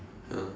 ya